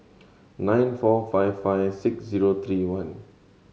nine four five five six zero three one